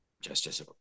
justice